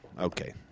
Okay